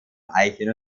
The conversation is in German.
eichen